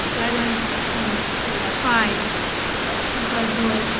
guidelines so ah five by board.